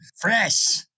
Fresh